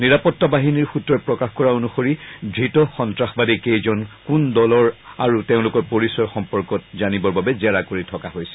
নিৰাপত্তা বাহিনীৰ সুত্ৰই প্ৰকাশ কৰা অনুসৰি ধৃত সন্তাসবাদী কেইজন কোন দলৰ আৰু তেওঁলোকৰ পৰিচয় সম্পৰ্কত জানিবৰ বাবে জেৰা কৰি থকা হৈছে